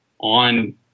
on